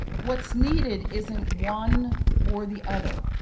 what's needed isn't one or the other.